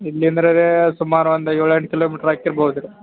ಇಲ್ಲಿಂದ ಅದೇ ಸುಮಾರು ಒಂದು ಏಳು ಎಂಟು ಕಿಲೋಮೀಟ್ರ್ ಆಗ್ತಿರ್ಬೋದು ರೀ